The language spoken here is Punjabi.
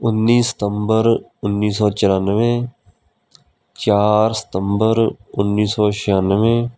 ਉੱਨੀ ਸਤੰਬਰ ਉੱਨੀ ਸੌ ਚੁਰਾਨਵੇਂ ਚਾਰ ਸਤੰਬਰ ਉੱਨੀ ਸੌ ਛਿਆਨਵੇਂ